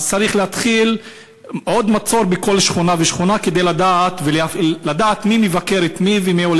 אז צריך להתחיל עוד מצור בכל שכונה ושכונה כדי לדעת מי מבקר את מי,